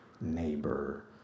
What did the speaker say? neighbor